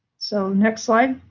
so, next slide.